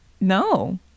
No